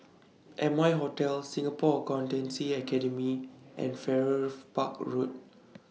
Amoy Hotel Singapore Accountancy Academy and Farrer Park Road